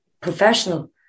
professional